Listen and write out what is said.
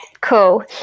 cool